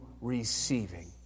receiving